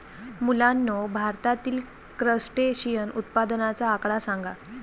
मुलांनो, भारतातील क्रस्टेशियन उत्पादनाचा आकडा सांगा?